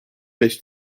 beş